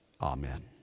Amen